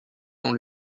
dans